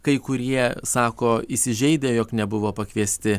kai kurie sako įsižeidę jog nebuvo pakviesti